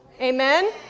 Amen